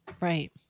Right